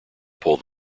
pull